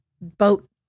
boat